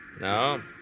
No